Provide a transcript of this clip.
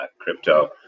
crypto